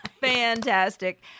Fantastic